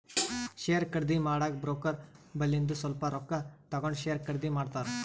share ಖರ್ದಿ ಮಾಡಾಗ broker ಬಲ್ಲಿಂದು ಸ್ವಲ್ಪ ರೊಕ್ಕಾ ತಗೊಂಡ್ ಶೇರ್ ಖರ್ದಿ ಮಾಡ್ತಾರ್